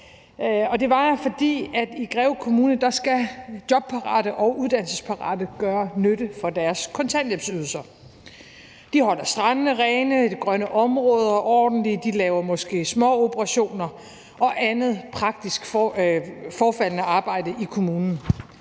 det var jeg, for i Greve Kommune skal jobparate og uddannelsesparate gøre nytte for deres kontanthjælpsydelser. De holder strandene rene, de grønne områder ordentlige, og de laver måske småreparationer og andet forfaldende praktisk arbejde i kommunen.